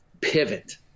pivot